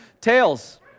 Tails